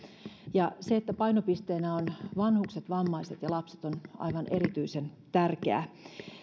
ja se että painopisteenä on vanhukset vammaiset ja lapset on aivan erityisen tärkeää